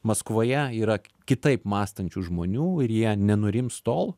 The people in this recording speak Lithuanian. maskvoje yra kitaip mąstančių žmonių ir jie nenurims tol